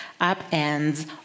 upends